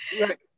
right